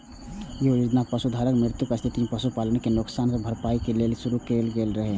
ई योजना पशुधनक मृत्युक स्थिति मे पशुपालक कें नुकसानक भरपाइ लेल शुरू कैल गेल रहै